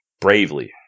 bravely